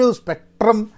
spectrum